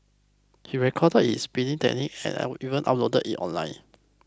he recorded his speeding antics and even uploaded it online